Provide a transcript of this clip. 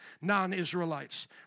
non-Israelites